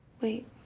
Wait